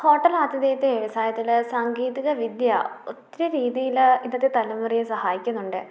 hotel ആതിഥേയത്തെ വ്യവസായത്തിൽ സാങ്കേതിക വിദ്യ ഒത്തിരി രീതിയിൽ ഇന്നത്തെ തലമുറയെ സഹായിക്കുന്നുണ്ട്